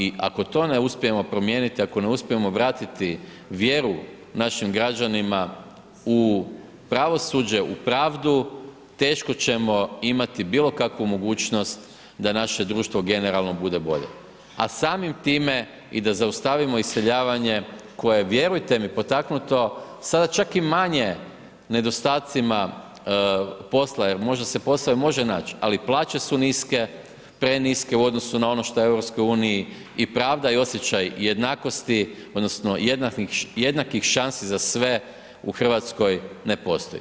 I ako to ne uspijemo promijeniti, ako ne uspijemo vratiti vjeru našim građanima u pravosuđe, u pravdu, teško ćemo imati bilokakvu mogućnost, da naše društvo generalno bude bolje, a samim time da zaustavimo iseljavanje, koje je vjerujte mi, potaknuto, sada čak i manje, nedostacima posla, jer možda se i posao može naći, ali plaće su niske, preniske, u odnosu na ono što je u EU i pravda i osjećaj jednakosti, odnosno, jednakih šansi za sve u Hrvatskoj ne postoji.